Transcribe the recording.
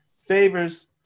favors